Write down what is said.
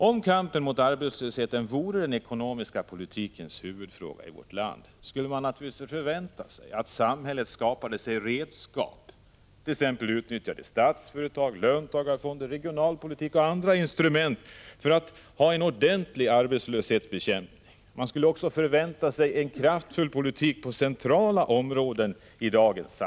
Om kampen mot arbetslösheten vore den ekonomiska politikens huvudfråga i vårt land, skulle man naturligtvis förvänta sig att samhället skaffade sig redskap, t.ex. utnyttjade de statliga företagen, löntagarfonderna, regionalpolitiska och andra instrument, för en ordentlig arbetslöshetsbekämpning. Man skulle förvänta sig en kraftfull politik på centrala områden.